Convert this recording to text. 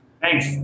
Thanks